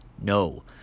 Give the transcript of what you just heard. No